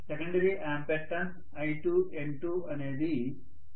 secondary ampere turn I2N2 అనేది secondary MMF అవుతుంది